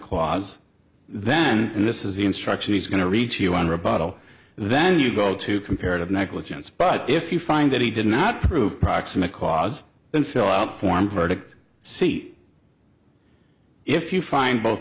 cause then and this is the instruction he's going to reach you on rebuttal then you go to comparative negligence but if you find that he did not prove proximate cause then fill out forms verdict see if you find both